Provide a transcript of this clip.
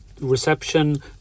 reception